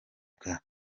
bwa